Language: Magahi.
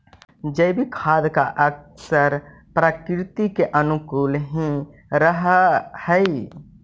जैविक खाद का असर प्रकृति के अनुकूल ही रहअ हई